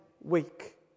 week